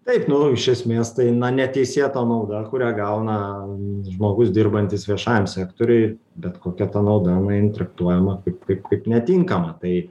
taip nu iš esmės tai na neteisėta nauda kurią gauna žmogus dirbantis viešajam sektoriuj bet kokia ta nauda nu jinai traktuojama kaip kaip kaip netinkama tai